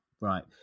Right